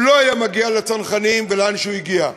הוא לא היה מגיע לצנחנים ולאן שהוא הגיע.